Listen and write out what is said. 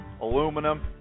aluminum